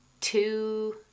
two